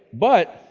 but,